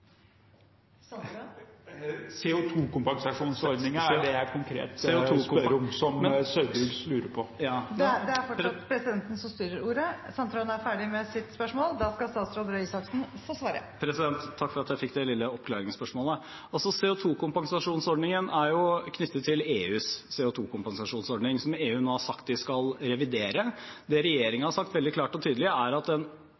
er det jeg konkret spør om, og som Saugbrugs lurer på. Ja, CO 2 -kompensasjonsordningen, men … Det er fortsatt presidenten som styrer ordet. Sandtrøen er ferdig med sitt spørsmål, og da skal statsråd Røe Isaksen få svare. Takk for at jeg fikk det lille oppklaringsspørsmålet. CO 2 -kompensasjonsordningen er knyttet til EUs CO 2 -kompensasjonsordning, som EU nå har sagt